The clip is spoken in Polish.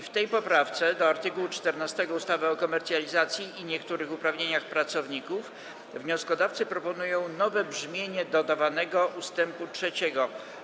W tej poprawce do art. 14 ustawy o komercjalizacji i niektórych uprawnieniach pracowników wnioskodawcy proponują nowe brzmienie dodawanego ust. 3.